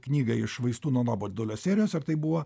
knygą iš švaistūno nuobodulio serijos ir tai buvo